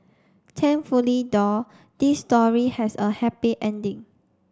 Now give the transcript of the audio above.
thankfully though this story has a happy ending